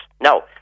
Now